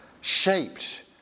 shaped